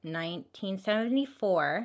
1974